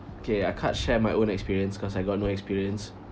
okay I can't share my own experience cause I got no experience